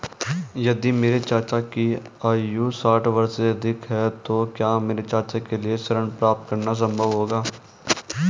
यदि मेरे चाचा की आयु साठ वर्ष से अधिक है तो क्या मेरे चाचा के लिए ऋण प्राप्त करना संभव होगा?